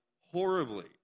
horribly